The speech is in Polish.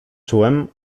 czułem